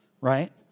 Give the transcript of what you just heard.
right